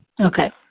Okay